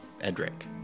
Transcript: Edric